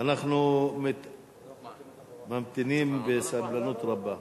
אנחנו ממתינים בסבלנות רבה.